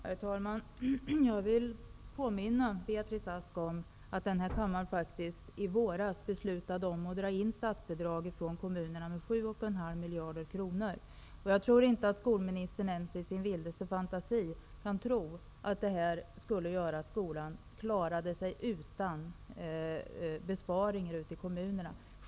Herr talman! Jag vill påminna Beatrice Ask om att denna kammare i våras faktiskt beslutade att minska statsbidraget till kommunerna med 7,5 miljarder kronor. Jag tror inte att skolministern ens i sin vildaste fantasi kan tro att det inte medförde att skolan tvingades göra besparingar.